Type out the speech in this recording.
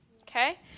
Okay